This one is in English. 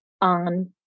on